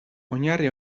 oinarri